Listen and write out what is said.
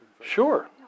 Sure